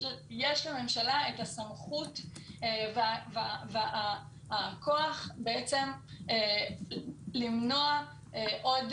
יש לממשלה את הסמכות והכוח בעצם למנוע עוד